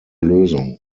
lösung